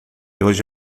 hoje